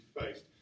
faced